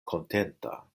kontenta